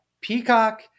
Peacock